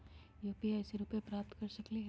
UPI से रुपए प्राप्त कर सकलीहल?